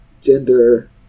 gender